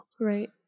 Right